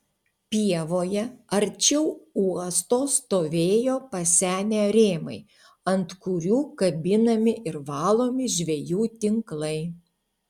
pievoje arčiau uosto stovėjo pasenę rėmai ant kurių kabinami ir valomi žvejų tinklai